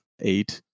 eight